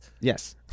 Yes